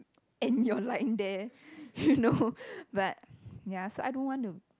end your line there no but ya so I don't want to